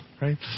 Right